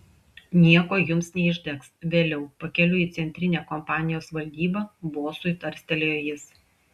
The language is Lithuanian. nieko jums neišdegs vėliau pakeliui į centrinę kompanijos valdybą bosui tarstelėjo jis